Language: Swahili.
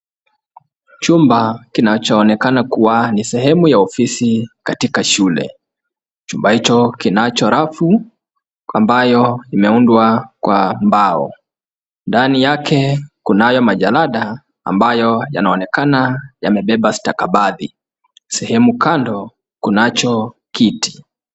Chumba kinachoonekana kuwa ni sehemu ya ofisi katika shule. Chumba hicho kinacho rafu ambayo imeundwa kwa mbao. Ndani yake kunayo majalada ambayo yanaonekana yamebeba stakabadhi. Sehemu kando kunacho kiti.